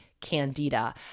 candida